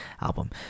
album